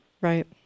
Right